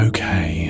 Okay